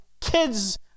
kids